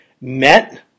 met